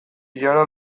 ilara